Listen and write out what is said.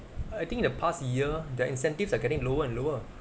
I think the past year their incentives are getting lower and lower